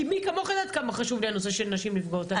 כי מי כמוך יודעת כמה חשוב לי הנושא של נשים נפגעות.